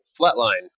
Flatline